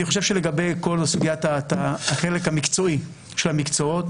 אני חושב שלגבי כל סוגיית החלק המקצועי של המקצועות,